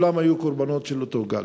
כולם היו קורבנות של אותו גל.